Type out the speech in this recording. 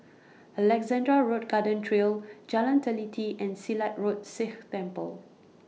Alexandra Road Garden Trail Jalan Teliti and Silat Road Sikh Temple